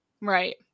right